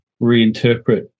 reinterpret